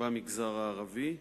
במגזר הערבי,